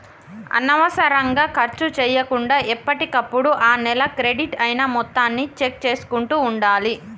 అనవసరంగా ఖర్చు చేయకుండా ఎప్పటికప్పుడు ఆ నెల క్రెడిట్ అయిన మొత్తాన్ని చెక్ చేసుకుంటూ ఉండాలి